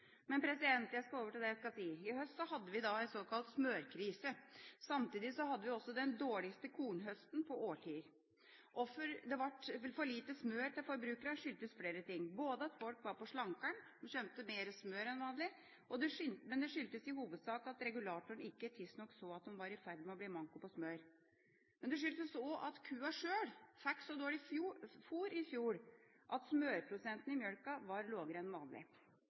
Men jeg skal over til det jeg skulle si. I høst hadde vi en såkalt smørkrise. Samtidig hadde vi den dårligste kornhøsten på årtier. Hvorfor det ble for lite smør til forbrukerne, skyldtes flere ting, at folk var på slanker’n – de kjøpte mer smør enn vanlig – men det skyldtes i hovedsak at regulatoren ikke tidsnok så at de var i ferd med å bli i manko på smør. Det skyldtes også at kua sjøl fikk så dårlig fôr i fjor at smørprosenten i mjølka var